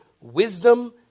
wisdom